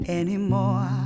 anymore